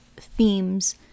themes